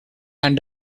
and